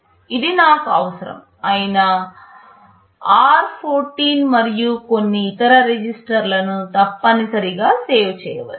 ఇది నాకు అవసరం అయిన r14 మరియు కొన్ని ఇతర రిజిస్టర్లను తప్పనిసరిగా సేవ్ చేయవచ్చు